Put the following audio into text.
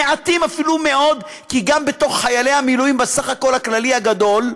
מעטים אפילו מאוד, כי גם בסך הכללי הגדול,